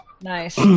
Nice